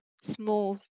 small